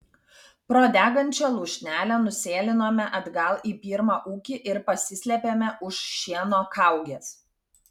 pro degančią lūšnelę nusėlinome atgal į pirmą ūkį ir pasislėpėme už šieno kaugės